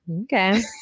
Okay